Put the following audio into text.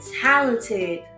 talented